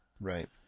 right